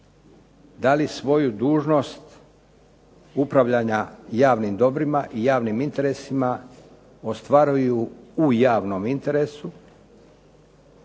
da li svoju dužnost upravljanja javnim dobrima i javnim interesima ostvaruju u javnom interesu